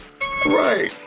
Right